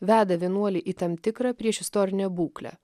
veda vienuolį į tam tikrą priešistorinę būklę